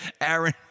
Aaron